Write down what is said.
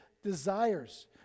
desires